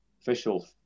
official